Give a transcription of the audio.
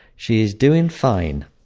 she is doing fine.